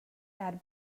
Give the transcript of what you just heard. add